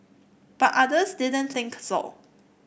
but others didn't think so